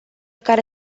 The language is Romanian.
care